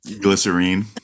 Glycerine